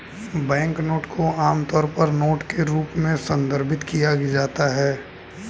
banknote को आमतौर पर नोट के रूप में संदर्भित किया जाता है